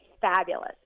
fabulous